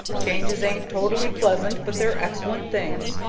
changes ain't totally pleasant but they're excellent things,